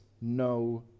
no